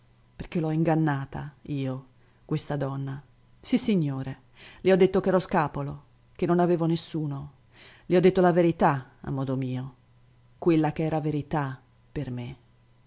perché l'ho ingannata io questa donna sissignore le ho detto ch'ero scapolo che non avevo nessuno le ho detto la verità a modo mio quella che era verità per me